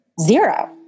Zero